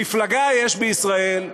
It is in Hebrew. מפלגה יש בישראל,